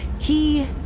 He